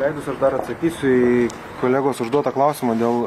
leidus aš dar atsakysiu į kolegos užduotą klausimą dėl